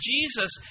Jesus